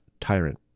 tyrant